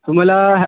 तुम्हाला हॅ